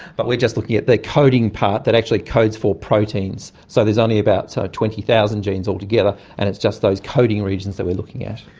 but we are just looking at the coding part that actually codes for proteins, so there's only about twenty thousand genes altogether and it's just those coding regions that we are looking at.